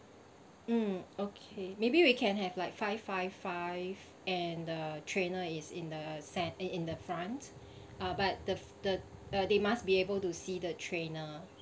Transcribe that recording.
mm okay maybe we can have like five five five and the trainer is in the san~ eh in the front ah but the the uh they must be able to see the trainer